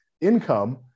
income